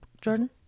Jordan